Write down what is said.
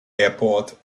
airport